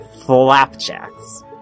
Flapjacks